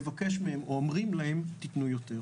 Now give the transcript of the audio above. זה בעצם רצפה לשלוש שנים?